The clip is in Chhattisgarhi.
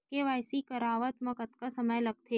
के.वाई.सी करवात म कतका समय लगथे?